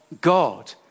God